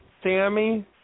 Sammy